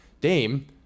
Dame